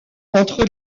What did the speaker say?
entre